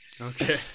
okay